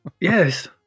Yes